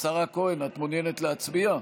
את מעוניינת להצביע?